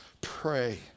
Pray